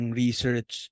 research